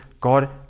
God